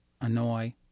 annoy